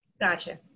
Gotcha